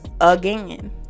again